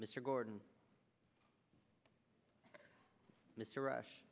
mr gordon mr rush